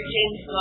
James